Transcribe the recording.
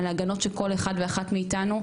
על ההגנות של כל אחד ואחת מאתנו.